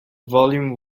volume